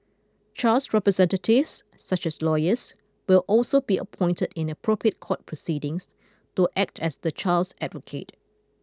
child representatives such as lawyers will also be appointed in appropriate court proceedings to act as the child's advocate